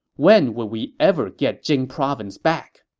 when would we ever get jing province back?